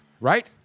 right